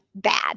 bad